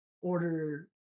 order